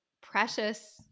precious